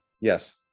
Yes